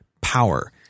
power